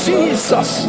Jesus